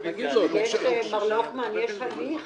מר לוקמן, יש הליך